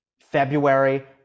February